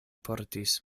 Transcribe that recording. portis